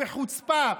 בחוצפה,